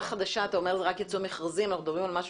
אתה אומר שלגבי השכונה החדשה, רק יצאו מכרזים.